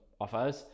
offers